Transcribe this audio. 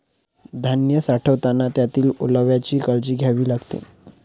धान्य साठवताना त्यातील ओलाव्याची काळजी घ्यावी लागते